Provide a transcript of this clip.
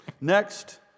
Next